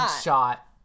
shot